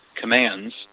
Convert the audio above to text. commands